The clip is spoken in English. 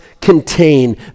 contain